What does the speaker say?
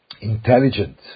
intelligent